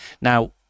now